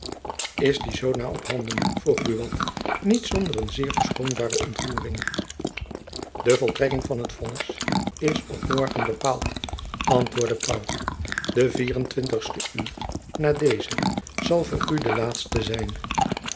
is die zoo na op handen vroeg buat niet zonder een zeer verschoonbare ontroering de voltrekking van het vonnis is op morgen bepaald antwoordde pauw de vier-en-twintigste uur na deze zal voor u de laatste zijn